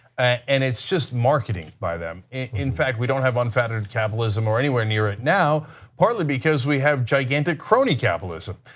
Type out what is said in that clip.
and it's just marketing by them. in fact we don't have unfettered capitalism or anywhere near it right now partly because we have gigantic crony capitalism,